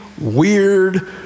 weird